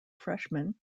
freshman